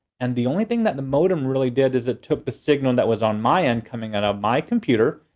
and the only thing that the modem really did is it took the signal that was on my end, coming out of my computer.